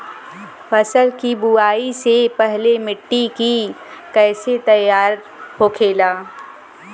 फसल की बुवाई से पहले मिट्टी की कैसे तैयार होखेला?